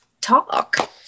talk